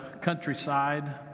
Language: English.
countryside